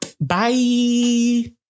Bye